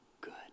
good